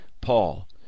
Paul